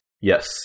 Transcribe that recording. Yes